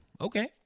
Okay